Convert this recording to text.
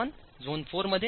1झोन IV 1